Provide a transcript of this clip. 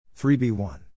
3b1